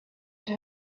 had